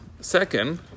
Second